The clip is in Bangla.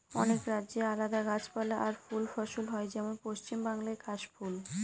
অনেক রাজ্যে আলাদা গাছপালা আর ফুল ফসল হয় যেমন পশ্চিম বাংলায় কাশ ফুল